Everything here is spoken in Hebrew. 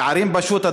הפערים פשוט,